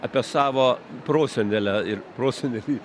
apie savo prosenelę ir prosenelį